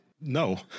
No